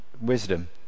wisdom